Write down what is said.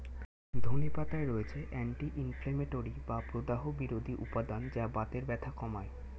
ধনে পাতায় রয়েছে অ্যান্টি ইনফ্লেমেটরি বা প্রদাহ বিরোধী উপাদান যা বাতের ব্যথা কমায়